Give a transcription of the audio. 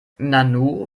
nanu